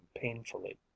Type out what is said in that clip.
painfully